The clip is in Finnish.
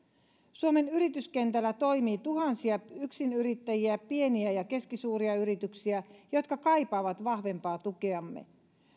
suomen yrityskentällä toimii tuhansia yksinyrittäjiä sekä pieniä ja keskisuuria yrityksiä jotka kaipaavat vahvempaa tukeamme